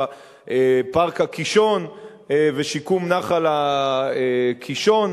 פארק הקישון ושיקום נחל הקישון,